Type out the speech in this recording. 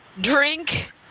drink